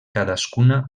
cadascuna